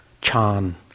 Chan